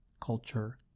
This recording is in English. culture